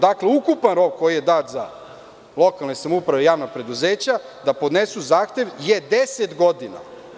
Dakle, ukupan rok koji je dat za lokalne samouprave, javna preduzeća, da podnesu zahtev je 10 godina.